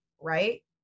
right